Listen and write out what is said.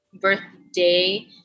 birthday